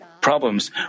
problems